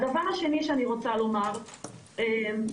הדבר השני שאני רוצה לומר, תראו,